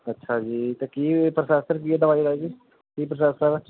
ਅੱਛਾ ਜੀ ਅਤੇ ਕੀ ਪ੍ਰੋਸੈਸਰ ਕੀ ਹੈ ਦਵਾਈ ਦਾ ਜੀ ਕੀ ਪ੍ਰੋਸੈਸ ਹੈ